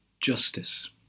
justice